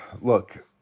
look